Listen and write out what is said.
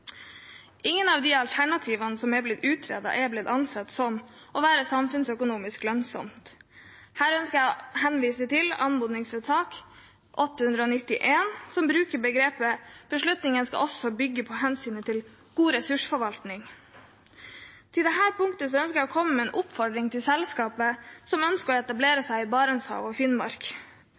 Ingen av alternativene som er blitt utredet, er blitt ansett å være samfunnsøkonomisk lønnsomme. Her ønsker jeg å henvise til anmodningsvedtak 891, som sier: «Beslutningen skal bygge på hensyn til god ressursforvaltning.» Til dette punket ønsker jeg å komme med en oppfordring til selskaper som ønsker å etablere seg i Barentshavet og i Finnmark: